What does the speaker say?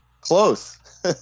close